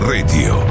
Radio